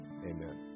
Amen